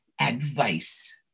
advice